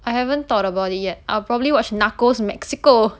I haven't thought about it yet I'll probably watch narcos Mexico